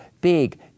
big